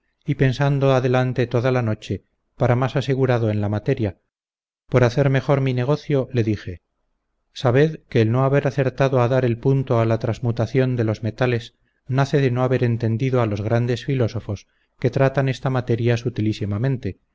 y pensando adelante toda la noche para más asegurado en la materia por hacer mejor mi negocio le dije sabed que el no haber acertado a dar el punto a la transmutación de los metales nace de no haber entendido a los grandes filósofos que tratan esta materia